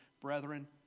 brethren